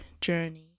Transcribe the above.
journey